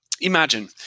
Imagine